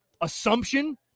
Assumption